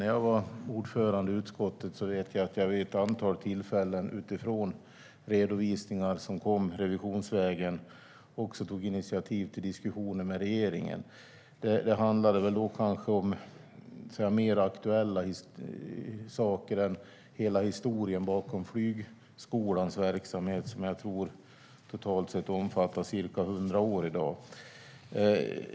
När jag var ordförande i utskottet vet jag att jag vid ett antal tillfällen utifrån redovisningar som kom revisionsvägen tog initiativ till diskussioner med regeringen. Det handlade då kanske om mer aktuella saker än hela historien bakom Flygskolans verksamhet, vilken jag tror i dag totalt sett omfattar ca 100 år.